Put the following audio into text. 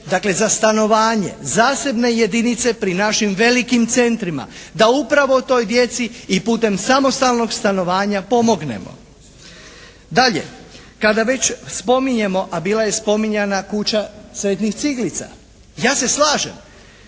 dakle za stanovanje, zasebne jedinice pri našim velikim centrima da upravo toj djeci i putem samostalnog stanovanja pomognemo. Dalje, kada već spominjemo a bila je spominjana kuća sretnih ciglica. Ja se slažem,